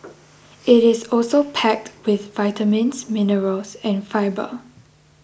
it is also packed with vitamins minerals and fibre